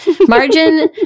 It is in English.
Margin